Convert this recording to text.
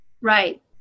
right